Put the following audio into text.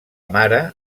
mare